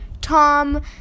Tom